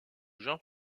jean